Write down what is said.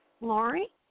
Lori